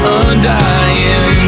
undying